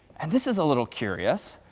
and this is a little curious.